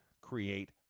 create